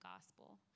gospel